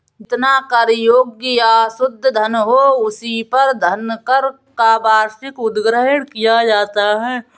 जितना कर योग्य या शुद्ध धन हो, उसी पर धनकर का वार्षिक उद्ग्रहण किया जाता है